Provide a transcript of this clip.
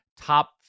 top